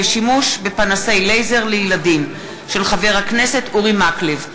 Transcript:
של חבר הכנסת אורי מקלב בנושא: